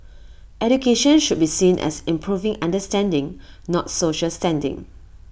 education should be seen as improving understanding not social standing